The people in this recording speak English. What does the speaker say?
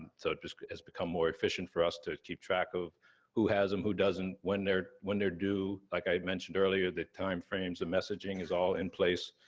so, it has become more efficient for us to keep track of who has them, who doesn't, when they're when they're due. like i had mentioned earlier, the time frames, the messaging, is all in place.